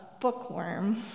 bookworm